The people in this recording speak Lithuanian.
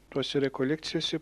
tose rekolekcijose